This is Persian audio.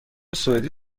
سوئدی